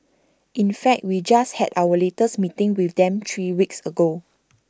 in fact we just had our latest meeting with them three weeks ago